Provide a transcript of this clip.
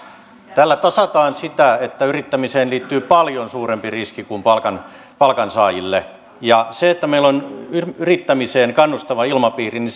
tällä tasataan sitä että yrittämiseen liittyy paljon suurempi riski kuin palkansaajille ja se että meillä on yrittämiseen kannustava ilmapiiri